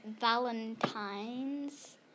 Valentine's